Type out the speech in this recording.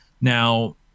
Now